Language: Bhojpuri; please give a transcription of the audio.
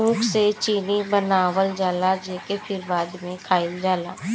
ऊख से चीनी बनावल जाला जेके फिर बाद में खाइल जाला